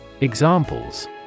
Examples